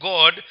God